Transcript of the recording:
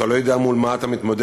אתה לא יודע מול מה אתה מתמודד.